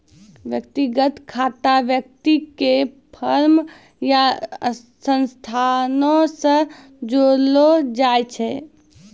व्यक्तिगत खाता व्यक्ति के फर्म या संस्थानो से जोड़लो जाय छै